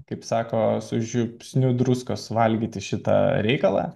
kaip sako su žiupsniu druskos valgyti šitą reikalą